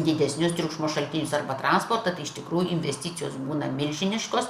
didesnius triukšmo šaltinius arba transportą tai iš tikrųjų investicijos būna milžiniškos